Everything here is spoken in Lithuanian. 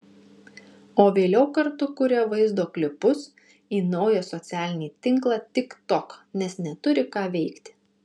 o vėliau kartu kuria vaizdo klipus į naują socialinį tinklą tiktok nes neturi ką veikti